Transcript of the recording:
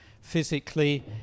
physically